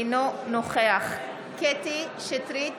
אינו נוכח קטי קטרין